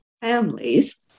families